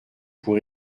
pour